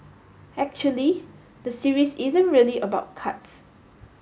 actually the series isn't really about cards